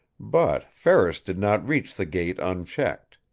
but ferris did not reach the gate unchecked.